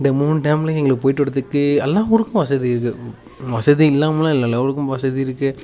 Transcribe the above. இந்த மூணு டேம்லையும் எங்களுக்கு போயிவிட்டு வரத்துக்கு எல்லா ஊருக்கும் வசதி இருக்கு வசதி இல்லாமலாம் இல்லை எல்லா ஊருக்கும் வசதி இருக்கு